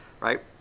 right